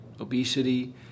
obesity